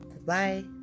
Bye